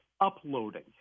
uploading